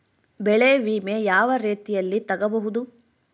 ಬೆಳೆ ವಿಮೆ ಯಾವ ರೇತಿಯಲ್ಲಿ ತಗಬಹುದು?